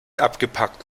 abgepackt